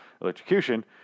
electrocution